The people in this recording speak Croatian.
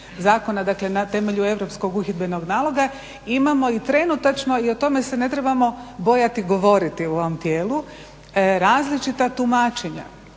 zakona, dakle na temelju europskog uhidbenog naloga imamo i trenutačno i o tome se ne trebamo bojati govoriti u ovom tijelu. Različita tumačenja,